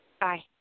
Bye